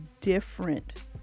different